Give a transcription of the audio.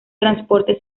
transporte